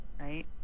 right